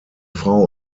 frau